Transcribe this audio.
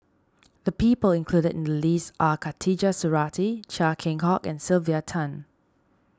the people included in the list are Khatijah Surattee Chia Keng Hock and Sylvia Tan